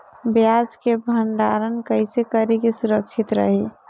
प्याज के भंडारण कइसे करी की सुरक्षित रही?